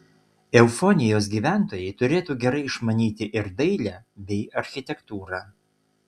eufonijos gyventojai turėtų gerai išmanyti ir dailę bei architektūrą